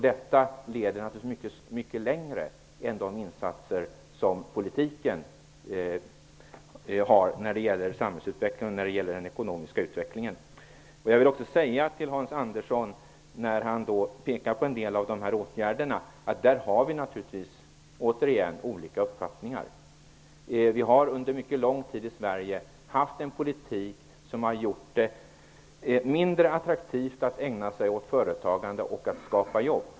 Detta leder naturligtvis mycket längre än de politiska insatserna när det gäller samhällsutvecklingen och den ekonomiska utvecklingen. Hans Andersson pekar på en del åtgärder. Då vill jag säga till Hans Andersson att vi där naturligtvis har olika uppfattningar. Vi har under en mycket lång tid i Sverige haft en politik som har gjort det mindre attraktivt att ägna sig åt företagandet och åt att skapa jobb.